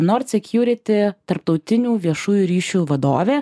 nord security tarptautinių viešųjų ryšių vadovė